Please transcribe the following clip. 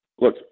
Look